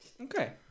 Okay